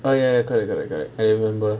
oh ya correct correct correct I remember